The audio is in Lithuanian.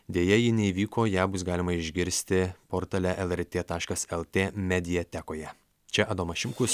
deja ji neįvyko ją bus galima išgirsti portale lrt taškas lt mediatekoje čia adomas šimkus